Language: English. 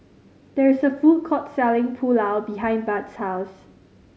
there is a food court selling Pulao behind Bud's house